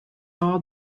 all